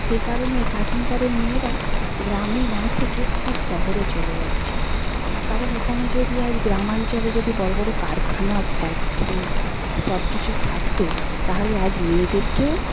সেই কারণে একা এখনকারের মেয়েরা গ্রামে না থেকে সব শহরে চলে যাচ্ছে কারণ এখানে যদি আজ গ্রামাঞ্চলে যদি বড়ো বড়ো কারখানা ফ্যাক্টরি সব কিছু থাকতো তাহলে আজ মেয়েদেরকেও